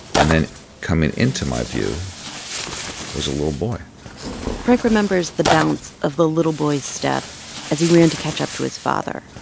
and then coming into my view was a little boy frank remembers the balance of the little boy's step as he ran to catch up to his father,